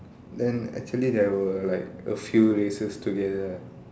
then actually there were like a few racers together